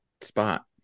spot